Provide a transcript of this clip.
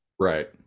right